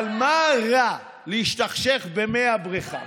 אבל מה רע להשתכשך במי הבריכה?